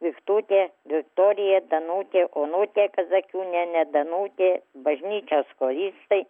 viktutė viktorija danutė onutė kazakiūnienė danutė bažnyčios choristai